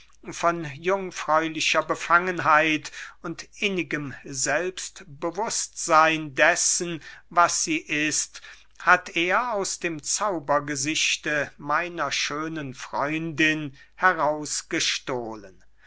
von jungfräulicher befangenheit und innigem selbstbewußtseyn dessen was sie ist hat er aus dem zaubergesichte meiner schönen freundin